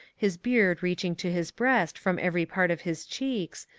his beard reaching to his breast from every part of his cheeks,